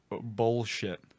bullshit